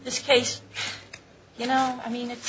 this case you know i mean it's